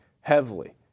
heavily